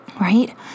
right